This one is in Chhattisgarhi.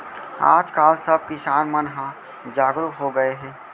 आज काल सब किसान मन ह जागरूक हो गए हे